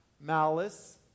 malice